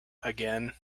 again